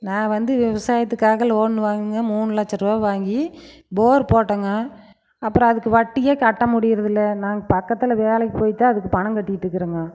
நான் வந்து விவசாயத்துக்காக லோன் வாங்குங்க மூணு லட்சரூவா வாங்கி போர் போட்டோம்ங்க அப்புறோம் அதுக்கு வட்டியே கட்ட முடியிறதில்லை நாங்க பக்கத்தில் வேலைக்கு போய் தான் அதுக்கு பணம் கட்டிக்கிட்டுக்குறோம்ங்க